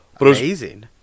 Amazing